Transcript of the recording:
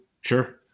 sure